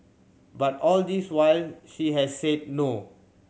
but all this while she has said no